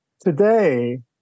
Today